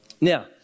Now